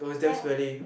delf